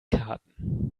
karten